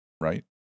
Right